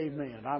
Amen